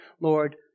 Lord